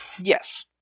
Yes